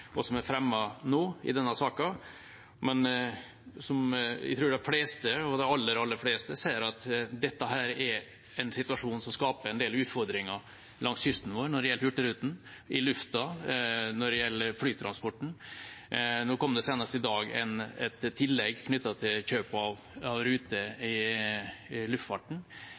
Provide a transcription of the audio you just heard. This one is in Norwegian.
fremmet i denne saken nå. Jeg tror de aller fleste ser at dette er en situasjon som skaper en del utfordringer langs kysten vår når det gjelder Hurtigruten, og i lufta når det gjelder flytransporten. Senest i dag kom det et tillegg knyttet til kjøp av ruter i luftfarten.